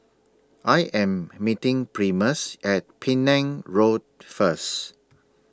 I Am meeting Primus At Penang Road First